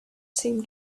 seemed